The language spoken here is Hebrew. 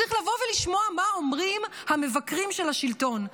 צריך לבוא ולשמוע מה אומרים המבקרים של השלטון.